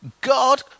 God